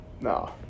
No